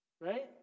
right